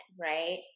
right